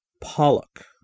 Pollock